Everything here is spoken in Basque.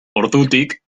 ordutik